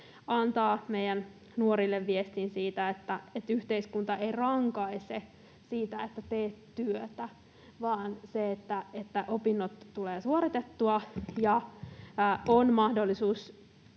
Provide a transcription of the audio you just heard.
antaa meidän nuorille viestin siitä, että yhteiskunta ei rankaise siitä, että teet työtä, vaan että opinnot tulevat suoritettua ja on mahdollisuus